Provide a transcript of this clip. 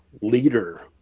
leader